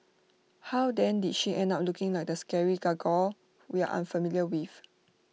how then did she end up looking like the scary gargoyle we are unfamiliar with